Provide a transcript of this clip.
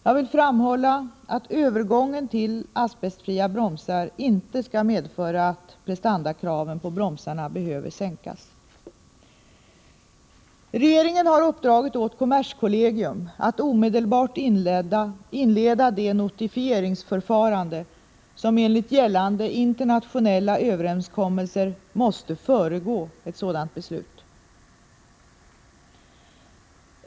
Jag vill framhålla att övergången till asbestfria bromsar inte skall medföra att prestandakraven på bromsarna behöver sänkas. Regeringen har uppdragit åt kommerskollegium att omedelbart inleda det notifieringsförfarande som enligt gällande internationella överenskommelser måste föregå ett sådant beslut.